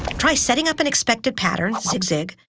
try setting up an expected pattern, zig zig,